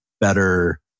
better